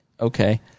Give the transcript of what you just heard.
okay